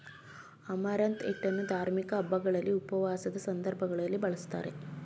amaranth ಹಿಟ್ಟನ್ನು ಧಾರ್ಮಿಕ ಹಬ್ಬಗಳಲ್ಲಿ, ಉಪವಾಸದ ಸಂದರ್ಭಗಳಲ್ಲಿ ಬಳ್ಸತ್ತರೆ